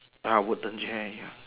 uh wooden chair ya